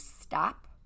stop